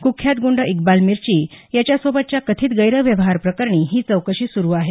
कुख्यात गुंड इक्बाल मिर्ची याच्यासोबतच्या कथित गैरव्यवहाराप्रकरणी ही चौकशी सुरू आहे